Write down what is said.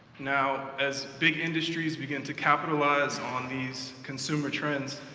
now, as big industries begin to capitalize on these consumer trends,